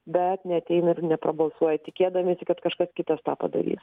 bet neateina ir neprabalsuoja tikėdamiesi kad kažkas kitas tą padarys